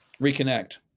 reconnect